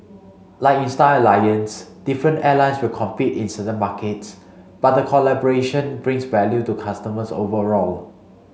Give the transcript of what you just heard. like in Star Alliance different airlines will compete in certain markets but the collaboration brings value to customers overall